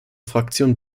fraktion